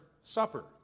Supper